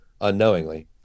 unknowingly